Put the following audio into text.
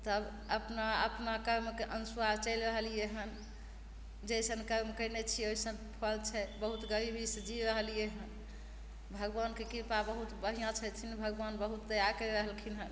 सब अपना आपमे कर्मके अनुसार चलि रहलियै हन जैसन कर्म कयने छियै ओइसन फल छै बहुत गरीबीसँ जी रहलियै हन भगवानके कृपा बहुत बढ़िआँ छथिन भगवान बहुत दया करि रहलखिन हन